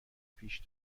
پیش